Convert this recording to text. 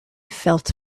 felt